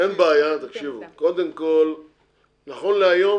נכון להיום